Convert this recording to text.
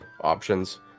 options